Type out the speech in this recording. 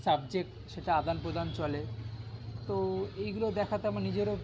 subject সেটা আদান প্রদান চলে তো এইগুলো দেখাতে আমার নিজেরও